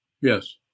Yes